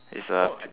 is a p~